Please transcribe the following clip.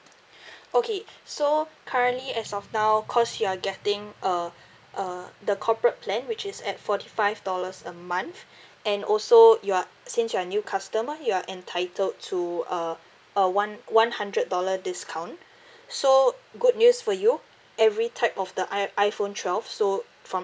okay so currently as of now cause you're getting uh uh the corporate plan which is at forty five dollars a month and also you are since you're a new customer you're entitled to uh uh one one hundred dollar discount so good news for you every type of the i~ iphone twelve so from